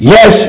Yes